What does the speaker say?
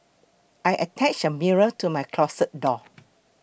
I attached a mirror to my closet door